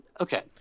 okay